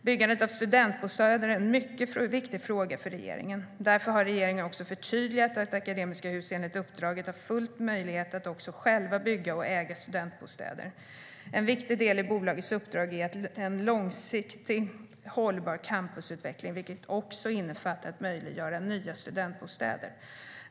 Byggandet av studentbostäder är en mycket viktig fråga för regeringen. Därför har regeringen också förtydligat att Akademiska Hus, enligt uppdraget, har full möjlighet att också själva bygga och äga studentbostäder. En viktig del i bolagets uppdrag är en långsiktigt hållbar campusutveckling, vilket också innefattar att möjliggöra nya studentbostäder.